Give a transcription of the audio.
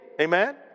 Amen